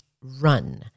run